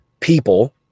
people